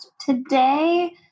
Today